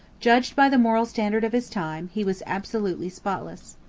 judged by the moral standard of his time, he was absolutely spotless.